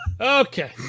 Okay